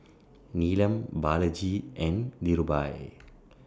Neelam Balaji and Dhirubhai